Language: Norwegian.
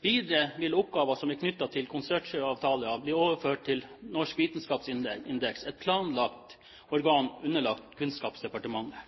Videre vil oppgaver som er knyttet til konsortieavtaler, bli overført til Norsk vitenskapsindeks, et planlagt organ underlagt Kunnskapsdepartementet.